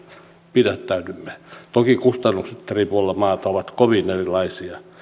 pidättäydymme toki kustannukset eri puolilla maata ovat kovin erilaisia